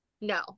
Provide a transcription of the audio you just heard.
no